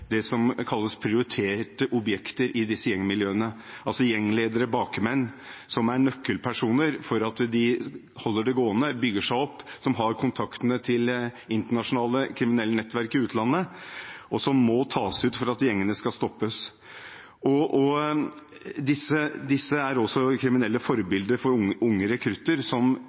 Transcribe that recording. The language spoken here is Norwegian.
det som kalles prioriterte objekter i disse gjengmiljøene, altså gjengledere, bakmenn som er nøkkelpersoner for at de holder det gående, bygger seg opp, og som har kontakter til internasjonale kriminelle nettverk i utlandet, og som må tas ut for at gjengene skal stoppes. Disse er også kriminelle forbilder for unge rekrutter.